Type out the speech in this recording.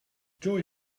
joy